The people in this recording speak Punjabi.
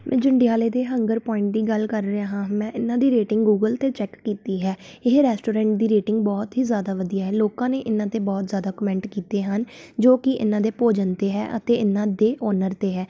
ਜੰਡਿਆਲੇ ਦੇ ਹੰਗਰ ਪੁਆਇੰਟ ਦੀ ਗੱਲ ਕਰ ਰਿਹਾ ਹਾਂ ਮੈਂ ਇਹਨਾਂ ਦੀ ਰੇਟਿੰਗ ਗੂਗਲ 'ਤੇ ਚੈੱਕ ਕੀਤੀ ਹੈ ਇਹ ਰੈਸਟੋਰੈਂਟ ਦੀ ਰੇਟਿੰਗ ਬਹੁਤ ਹੀ ਜ਼ਿਆਦਾ ਵਧੀਆ ਹੈ ਲੋਕਾਂ ਨੇ ਇਹਨਾਂ 'ਤੇ ਬਹੁਤ ਜ਼ਿਆਦਾ ਕਮੈਂਟ ਕੀਤੇ ਹਨ ਜੋ ਕਿ ਇਹਨਾਂ ਦੇ ਭੋਜਨ 'ਤੇ ਹੈ ਅਤੇ ਇਹਨਾਂ ਦੇ ਓਨਰ 'ਤੇ ਹੈ